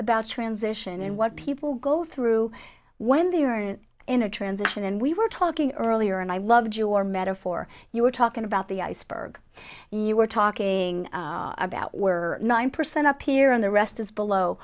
about transition and what people go through when they aren't in a transition and we were talking earlier and i loved your metaphor you were talking about the iceberg you were talking about were nine percent up here on the rest is below